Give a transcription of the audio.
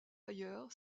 ailleurs